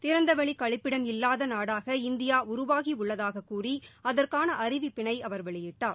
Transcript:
திறந்தவெளி கழிப்பிடம் இல்லாத நாடாக இந்தியா உருவாகியுள்ளதாக கூறி அதற்கான அறிவிப்பினை அவர் வெளியிட்டார்